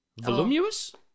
Voluminous